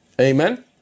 Amen